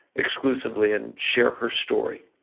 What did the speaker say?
exclusively and share her story,